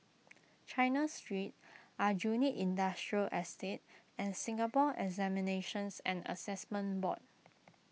China Street Aljunied Industrial Estate and Singapore Examinations and Assessment Board